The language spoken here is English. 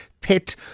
pet